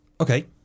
Okay